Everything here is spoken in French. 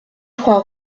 trois